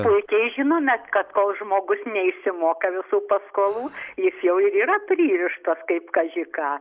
puikiai žinome kad kol žmogus neišsimoka visų paskolų jis jau ir yra pririštas kaip kaži ką